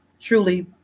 truly